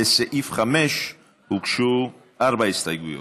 לסעיף 5 הוגשו ארבע הסתייגויות.